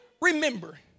remember